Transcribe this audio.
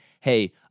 hey